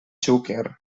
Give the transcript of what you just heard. xúquer